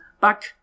back